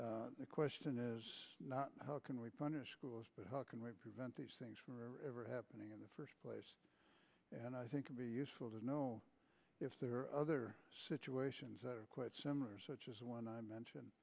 here the question is not how can we punish schools but how can we prevent these things forever happening in the first place and i think can be useful to know if there are other situations that are quite similar such as when i mention